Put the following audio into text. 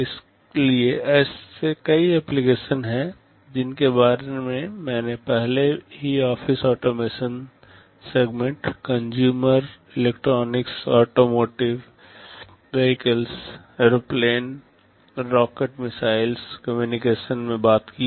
इसलिए ऐसे कई एप्लिकेशन हैं जिनके बारे में मैंने पहले ही office automation segment consumer electronics automotive vehicles airplane rocket missiles communication में बात की है